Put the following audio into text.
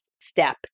step